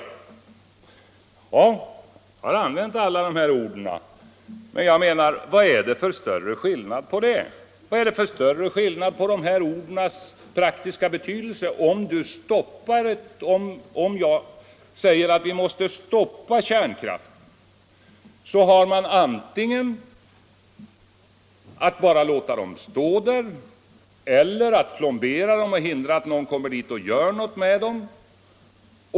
Ja, jag har använt alla dessa ord, men vad är det för större skillnad i praktiken? Om vi stoppar kärnkraftverken så har man antingen att bara låta dem stå där, eller att plombera dem för att hindra att någon kommer dit och gör något med dem.